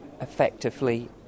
effectively